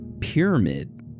pyramid